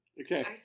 okay